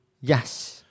Yes